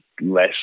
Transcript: less